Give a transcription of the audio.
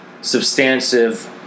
substantive